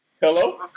Hello